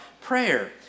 prayer